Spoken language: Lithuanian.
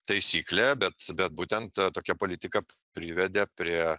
taisyklė bet bet būtent tokia politika privedė prie